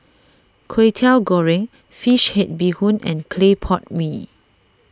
Kwetiau Goreng Fish Head Bee Hoon and Clay Pot Mee